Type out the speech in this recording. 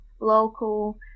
local